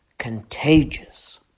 contagious